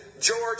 George